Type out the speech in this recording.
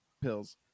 pills